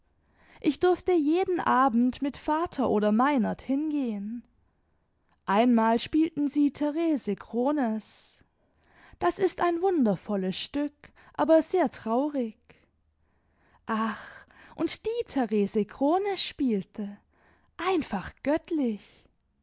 ich durfte jeden abend mit vater oder meinert hingehen einmal spielten sie therese krones das ist ein wundervolles stück aber sehr traurig ach und die therese krones spielte i einfach göttlich